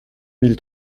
mille